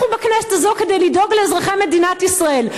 אנחנו בכנסת הזאת כדי לדאוג לאזרחי מדינת ישראל,